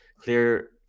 Clear